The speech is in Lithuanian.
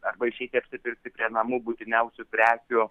arba išeiti apsipirkti prie namų būtiniausių prekių